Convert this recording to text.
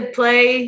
play